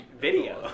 video